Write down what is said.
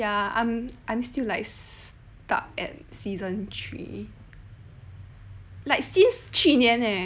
ya I'm I'm still like stuck at season three like since 去年 leh